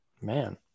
Man